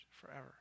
forever